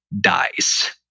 dies